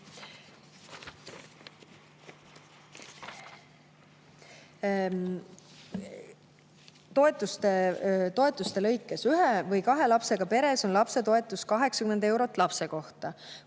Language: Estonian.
Toetuste lõikes: ühe või kahe lapsega peres on lapsetoetus 80 eurot lapse kohta,